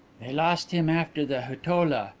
they lost him after the hutola,